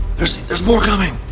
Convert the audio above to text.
there's there's more coming.